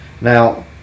Now